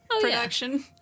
production